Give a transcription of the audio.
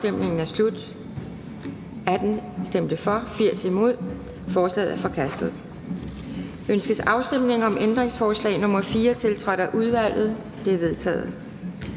hverken for eller imod stemte 0. Ændringsforslaget er forkastet. Ønskes afstemning om ændringsforslag nr. 4 tiltrådt af udvalget? Det er vedtaget.